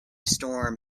storm